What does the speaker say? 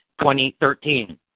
2013